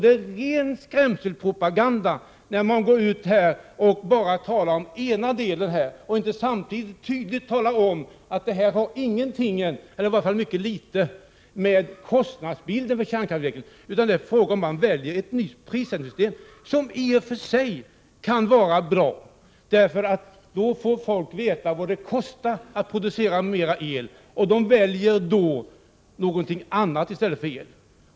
Det är ren skrämselpropaganda när man här går ut och bara talar om den ena delen och inte samtidigt tydligt talar om att detta inte har någonting eller i varje fall mycket litet att göra med kostnadsbilden när det gäller kärnkraftsavvecklingen. Det är fråga om att man väljer ett nytt prissättningssystem, något som i och för sig kan vara bra, eftersom folk då får veta vad det kostar att producera mera el och därför väljer någonting annat i stället för el.